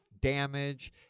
damage